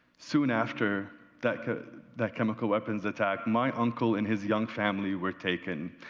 soon after that that chemical weapons attack, my uncle and his young family were taken.